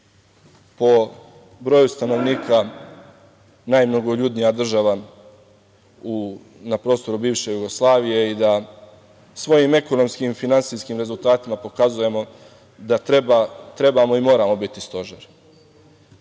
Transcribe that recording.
po broju stanovnika najmnogoljudnija država na prostoru bivše Jugoslavije i da svojim ekonomskim i finansijskim rezultatima pokazujemo da trebamo i moramo biti stožer. Na